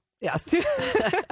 Yes